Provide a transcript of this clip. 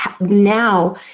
now